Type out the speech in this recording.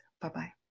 Bye-bye